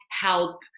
help